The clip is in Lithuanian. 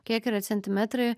kiek yra centimetrai